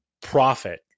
profit